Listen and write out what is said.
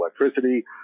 electricity